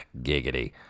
Giggity